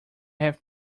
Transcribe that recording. have